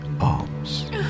arms